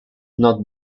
not